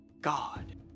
God